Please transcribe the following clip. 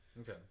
Okay